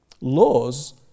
laws